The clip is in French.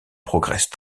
progresse